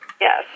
Yes